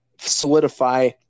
solidify